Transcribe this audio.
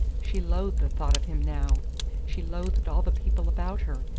she loathed the thought of him now she loathed all the people about her,